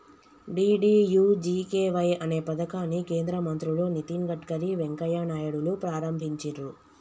DDUGKY అనే పథకాన్ని కేంద్ర మంత్రులు నితిన్ గడ్కరీ, వెంకయ్య నాయుడులు ప్రారంభించిర్రు